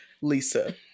Lisa